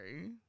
Okay